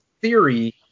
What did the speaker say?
theory